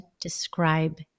describe